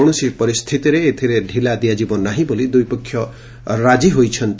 କୌଣସି ପରିସ୍ଥିତିରେ ଏଥିରେ ଢିଲା ଦିଆଯିବ ନାହିଁ ବୋଲି ଦୁଇପକ୍ଷ ରାଜି ହୋଇଛନ୍ତି